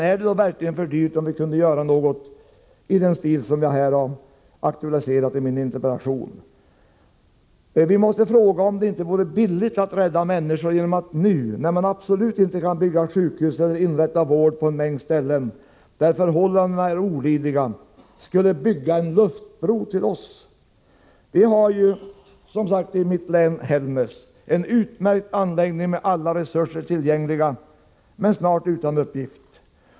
Är det verkligen för dyrt om vi kunde göra något i stil med vad jag har aktualiserat i min interpellation? Vi måste fråga om det inte vore billigt att rädda människor genom att nu — när man absolut inte kan bygga sjukhus eller ordna med vård på en mängd ställen där förhållandena är olidliga — bygga en luftbro till oss. Det finns som sagt i Hällnäs en utmärkt anläggning med alla resurser tillgängliga men snart utan uppgift.